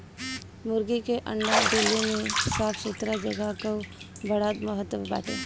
मुर्गी के अंडा देले में साफ़ सुथरा जगह कअ बड़ा महत्व बाटे